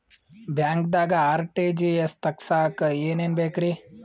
ಬ್ಯಾಂಕ್ದಾಗ ಆರ್.ಟಿ.ಜಿ.ಎಸ್ ತಗ್ಸಾಕ್ ಏನೇನ್ ಬೇಕ್ರಿ?